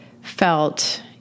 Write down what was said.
felt